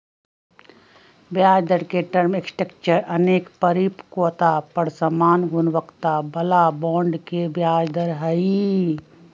ब्याजदर के term structure अनेक परिपक्वता पर समान गुणवत्ता बला बॉन्ड के ब्याज दर हइ